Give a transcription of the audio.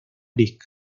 dick